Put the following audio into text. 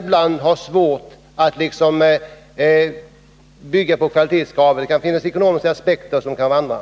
Dessa har ibland svårt att hävda kvalitetskravet — det kan finnas ekonomiska aspekter bl.a. På kommunerna